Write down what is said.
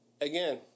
Again